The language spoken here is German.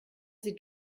sie